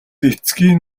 эцгийн